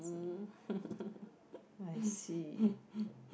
I see